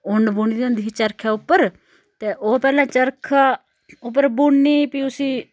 उन्न बुनी दा होंदी ही चरखै उप्पर ते ओह् पैह्ले चरखे उप्पर बुननी फ्ही उसी